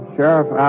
Sheriff